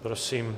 Prosím.